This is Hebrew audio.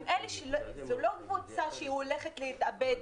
זה לא קבוצה שהולכת להתאבד,